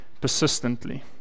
persistently